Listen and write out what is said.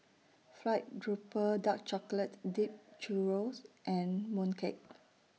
Fried Grouper Dark Chocolate Dipped Churro and Mooncake